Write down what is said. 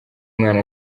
umwana